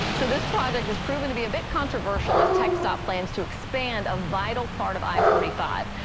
so this project has proven to be a bit controversial as txdot plans to expand a vital part of i forty five.